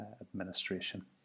administration